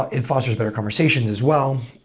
ah it fosters better conversations as well.